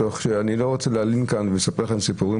אני לא רוצה להלין כאן ולספר לכם סיפורים